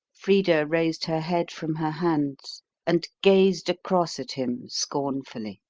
frida raised her head from her hands and gazed across at him scornfully.